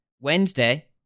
Wednesday